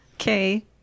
Okay